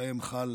שבהן חל